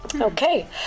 Okay